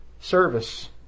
service